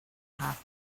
half